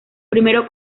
primero